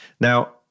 Now